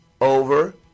over